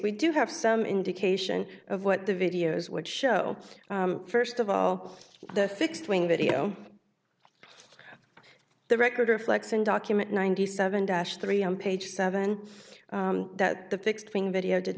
we do have some indication of what the videos would show first of all the fixed wing video the record reflects and document ninety seven dash three on page seven that the fixed wing video did